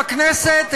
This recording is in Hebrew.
בכנסת,